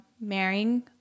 marrying